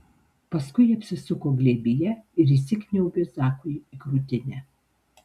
paskui apsisuko glėbyje ir įsikniaubė zakui į krūtinę